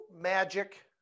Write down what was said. magic